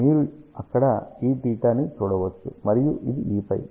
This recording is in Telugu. మీరు అక్కడ Eθ ని చూడవచ్చు మరియు ఇది Eφ